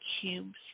cubes